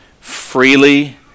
freely